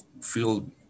feel